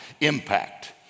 impact